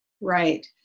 Right